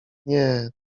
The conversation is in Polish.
nie